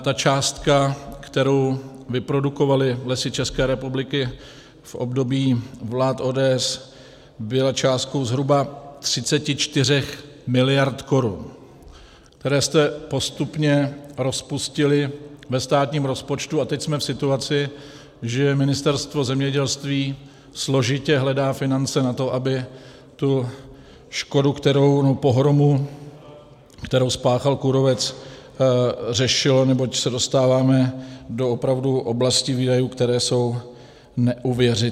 Ta částka, kterou vyprodukovaly Lesy České republiky v období vlád ODS, byla částkou zhruba 34 mld. korun, které jste postupně rozpustili ve státním rozpočtu, a teď jsme v situaci, že Ministerstvo zemědělství složitě hledá finance na to, aby tu škodu, nebo pohromu, kterou spáchal kůrovec, řešilo, neboť se dostáváme do opravdu oblasti výdajů, které jsou neuvěřitelné.